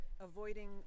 avoiding